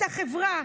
את החברה,